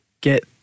Get